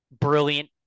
brilliant